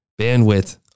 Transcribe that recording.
bandwidth